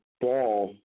ball